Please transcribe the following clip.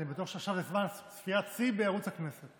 אני בטוח שעכשיו זה זמן צפיית שיא בערוץ הכנסת.